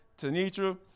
Tanitra